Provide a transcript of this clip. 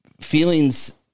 feelings